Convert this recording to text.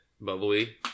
bubbly